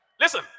Listen